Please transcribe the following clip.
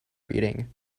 reading